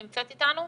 נמצאת איתנו?